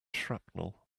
shrapnel